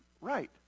right